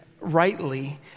rightly